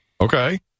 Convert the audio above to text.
okay